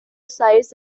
size